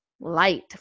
Light